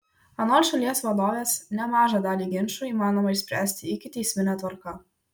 anot šalies vadovės nemažą dalį ginčų įmanoma išspręsti ikiteismine tvarka